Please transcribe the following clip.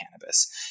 cannabis